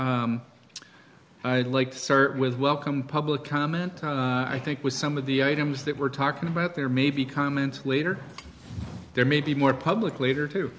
enrichment i'd like to start with welcome public comment i think with some of the items that we're talking about there may be comments later there may be more public later to